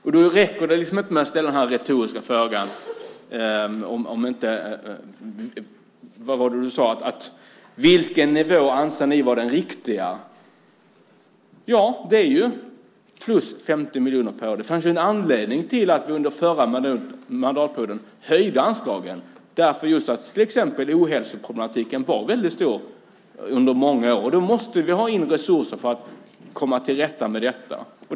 Det räcker inte med att ställa den retoriska frågan: Vilken nivå anser ni vara den riktiga? Ja, det är ju plus 50 miljoner per år. Det fanns ju en anledning till att vi under förra mandatperioden höjde anslagen. Till exempel var ohälsoproblematiken mycket stor under många år. Då måste vi få resurser för att komma till rätta med detta.